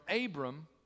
Abram